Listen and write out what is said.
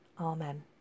Amen